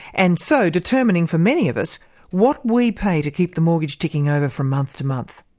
and so determining for many of us what we pay to keep the mortgage ticking over from month to month.